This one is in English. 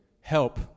help